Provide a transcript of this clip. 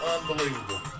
Unbelievable